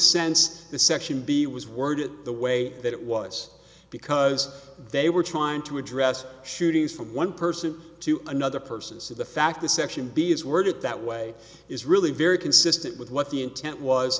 sense the section b was worded the way that it was because they were trying to address shootings from one person to another person so the fact that section b is worded that way is really very consistent with what the intent was